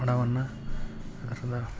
ಹಣವನ್ನು ಅದ್ರ